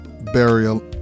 burial